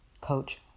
Coach